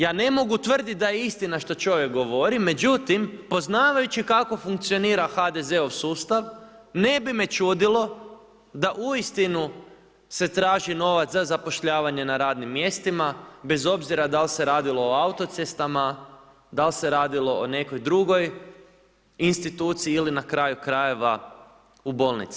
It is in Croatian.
Ja ne mogu tvrditi da je istina što čovjek govori, međutim poznavajući kako funkcionira HDZ-ov sustav ne bi me čudilo da uistinu se traži novac za zapošljavanje na radnim mjestima bez obzira da li se radilo o autocestama, da li se radilo o nekoj drugoj instituciji ili na kraju krajeva u bolnici.